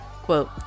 Quote